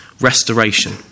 restoration